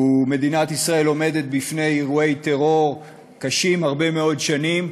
מדינת ישראל עומדת בפני אירועי טרור קשים הרבה מאוד שנים.